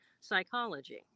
psychology